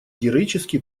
героический